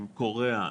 עם קוריאה.